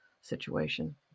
situation